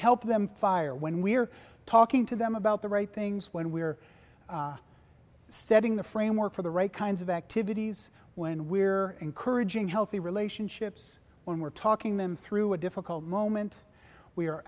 help them fire when we're talking to them about the right things when we're setting the framework for the right kinds of activities when we're encouraging healthy relationships when we're talking them through a difficult moment we